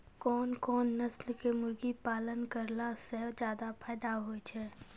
कोन कोन नस्ल के मुर्गी पालन करला से ज्यादा फायदा होय छै?